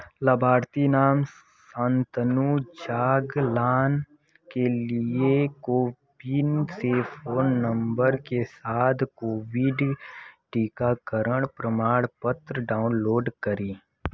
लभार्थी नाम शांतनु जागलान के लिए कोपिन से फ़ोन नंबर के साथ कोविड टीकाकरण प्रमाणपत्र डाउनलोड करें